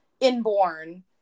Inborn